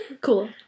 cool